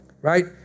Right